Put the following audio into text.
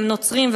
שהם נוצרים,